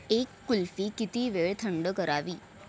एक कुल्फी किती वेळ थंड करावी